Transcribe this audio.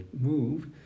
move